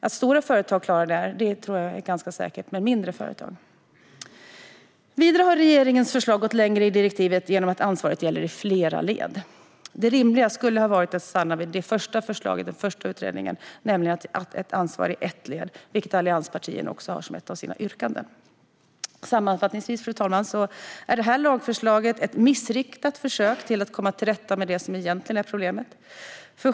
Att stora företag klarar detta tror jag är ganska säkert - men mindre företag? Vidare har regeringens förslag gått längre än direktivet genom att ansvaret gäller i flera led. Det rimliga skulle ha varit att stanna vid förslaget från den första utredningen, nämligen ansvar i ett led. Det har allianspartierna också som ett av sina yrkanden. Sammanfattningsvis, fru talman, är detta lagförslag ett missriktat försök att komma till rätta med det som egentligen är problemet.